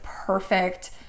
Perfect